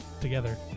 Together